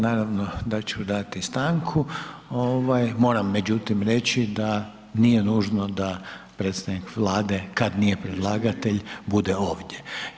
Naravno da ću dati stanku, ovaj moram međutim reći da nije nužno da predstavnik Vlade, kad nije predlagatelj bude ovdje.